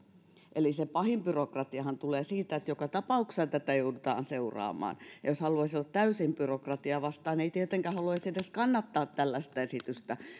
eli se pahin byrokratiahan tulee siitä että joka tapauksessa tätä joudutaan seuraamaan ja jos haluaisi olla täysin byrokratiaa vastaan ei tietenkään haluaisi edes kannattaa tällaista esitystä